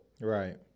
Right